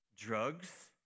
drugs